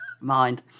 mind